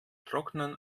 trocknen